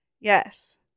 Yes